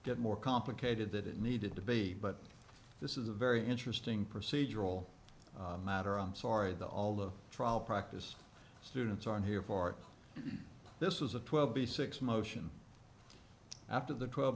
get more complicated that it needed to be but this is a very interesting procedural matter i'm sorry that all the trial practice students are here for this is a twelve b six motion after the